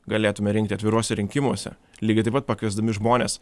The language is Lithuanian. galėtume rinkti atviruose rinkimuose lygiai taip pat pakviesdami žmones